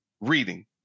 reading